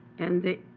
and the